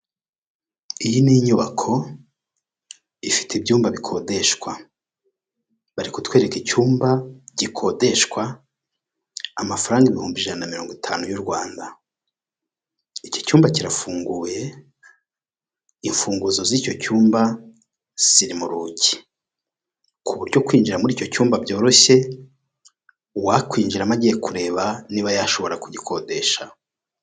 Iyi ni inyubako ifite ibyumba bikodeshwa, bari kutwereka icyumba gikodeshwa amafaranga ibihumbi ijana mirongo itanu y'u Rwanda. Iki cyumba kirafunguye imfunguzo z'icyo cyumba siri mu rugi ku buryo kwinjira muri icyo cyumba byoroshye, uwakwinjiramo agiye kureba niba yashobora kugikodesha.